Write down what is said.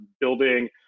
building